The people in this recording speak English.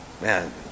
Man